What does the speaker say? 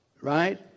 Right